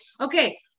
Okay